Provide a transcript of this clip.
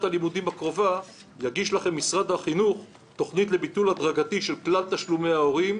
1.5 מיליארד שקלים לטובת ביטול תשלומי ההורים,